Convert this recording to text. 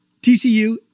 TCU